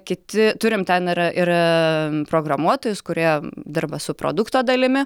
kiti turim ten ir ir programuotojus kurie dirba su produkto dalimi